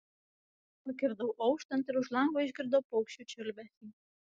pakirdau auštant ir už lango išgirdau paukščių čiulbesį